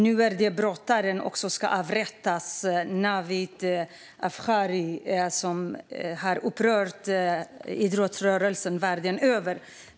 Nu ska också brottaren Navid Afkari avrättas, något som har upprört idrottsrörelsen världen över.